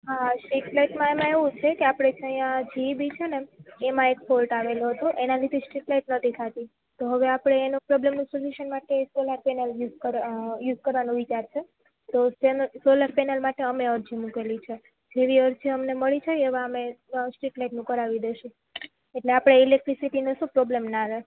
હા એક ફ્લેટમાં એમાં એવું છે કે આપણે અહીંયા જીઈબી છે એમાં એક ફોલ્ટ આવેલો હતો એના લીધે સ્ટ્રીટ લાઈટ નહોતી થતી તો હવે આપણે એના પ્રોબ્લેમના સોલ્યુશન માટે સોલાર પેનલ યુઝ યુઝ કરવાનો વિચાર છે તો તે સોલાર પેનલ માટે અમે અરજી મુકેલી છે જેવી અરજી અમને મળી જાય એવા અમે સ્ટ્રીટ લાઈટનું કરાવી દઈશું એટલે આપણે ઈલેક્ટ્રીસિટીનો પ્રોબ્લેમ ના આવે